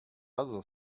other